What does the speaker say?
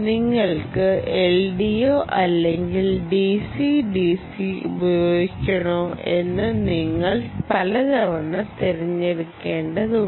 നിങ്ങൾക്ക് LDO അല്ലെങ്കിൽ DCDC ഉപയോഗിക്കണോ എന്ന് നിങ്ങൾക്ക് പലതവണ തിരഞ്ഞെടുക്കേണ്ടതുണ്ട്